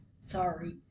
sorry